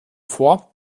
vor